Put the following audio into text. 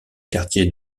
quartier